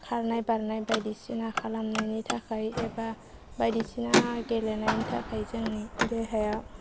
खारनाय बारनाय बायदिसिना खालामनायनि थाखाय एबा बायदिसिना गेलेनायनि थाखाय जोंनि देहाया